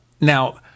Now